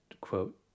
quote